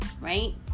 right